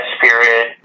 period